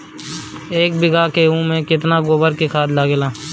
एक बीगहा गेहूं में केतना गोबर के खाद लागेला?